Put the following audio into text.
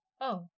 Oh